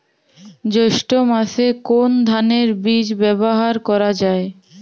জৈষ্ঠ্য মাসে কোন ধানের বীজ ব্যবহার করা যায়?